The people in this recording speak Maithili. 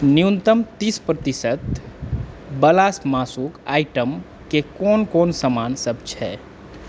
न्यूनतम तीस प्रतिशत बला मासुक आइटमके कोन कोन समान सब छै